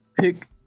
pick